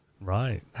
Right